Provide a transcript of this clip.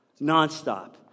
Nonstop